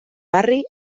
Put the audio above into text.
barri